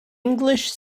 english